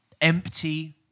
empty